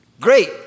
great